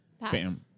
Bam